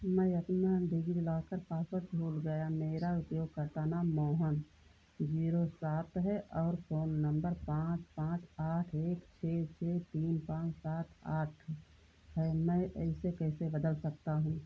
मैं अपना DigiLocker password भूल गया मेरा उपयोगकर्ता नाम मोहन ज़ीरो सात है और फ़ोन नम्बर पाँच पाँच आठ एक छह छह तीन पाँच सात आठ है मैं इसे कैसे बदल सकता हूँ